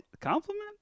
Compliment